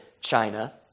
China